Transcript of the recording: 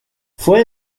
fue